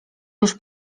już